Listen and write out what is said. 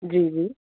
جی جی